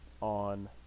on